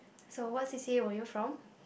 so what c_c_a were you from